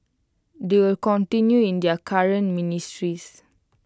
they will continue in their current ministries